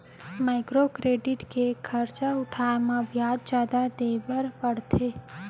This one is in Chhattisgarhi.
माइक्रो क्रेडिट ले खरजा उठाए म बियाज जादा देबर परथे